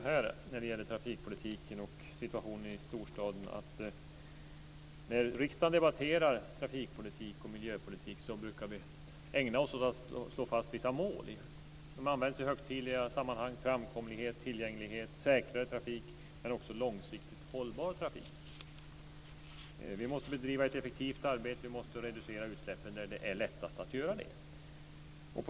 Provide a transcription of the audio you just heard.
Herr talman! När riksdagen debatterar trafikpolitik och miljöpolitik brukar vi ägna oss åt att slå fast vissa mål. De används i högtidliga sammanhang; framkomlighet, tillgänglighet, säkrare trafik och också långsiktigt hållbar trafik. Vi måste bedriva ett effektivt arbete och reducera utsläppen där det är lättast att göra det.